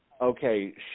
okay